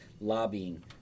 lobbying